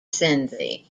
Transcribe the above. cindy